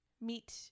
Meet